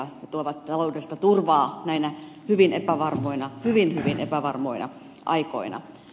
ne tuovat taloudellista turvaa näinä hyvin hyvin epävarmoina aikoina